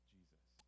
Jesus